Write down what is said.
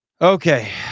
Okay